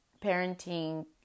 Parenting